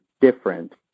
different